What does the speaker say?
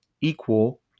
equal